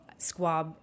squab